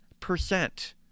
percent